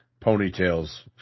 Ponytail's